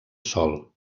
sol